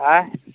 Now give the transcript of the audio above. आँए